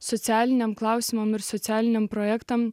socialiniam klausimam ir socialiniams projektams